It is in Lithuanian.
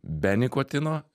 be nikotino